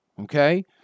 okay